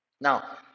Now